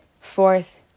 fourth